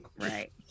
Right